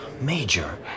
Major